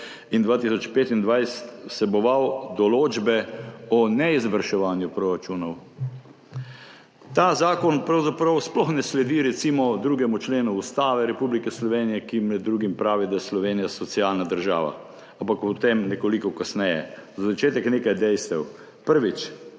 in 2025 vseboval določbe o neizvrševanju proračunov. Ta zakon pravzaprav sploh ne sledi recimo 2. členu Ustave Republike Slovenije, ki med drugim pravi, da je Slovenija socialna država, ampak o tem nekoliko kasneje. Za začetek nekaj dejstev. Prvič,